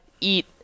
eat